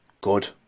good